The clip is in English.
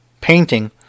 painting